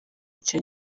icyo